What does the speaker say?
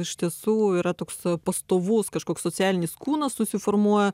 iš tiesų yra toks pastovus kažkoks socialinis kūnas susiformuoja